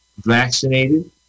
vaccinated